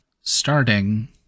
Starting